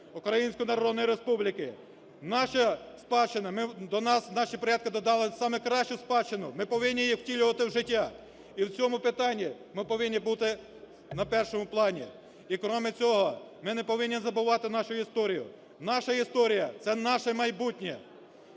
Української Народної Республіки, наша спадщина, до нас наші предки додали саму кращу спадщину. Ми повинні її втілювати в життя, і в цьому питанні ми повинні бути на першому плані. І, крім цього, ми не повинні забувати нашу історію. Наша історія – це наше майбутнє.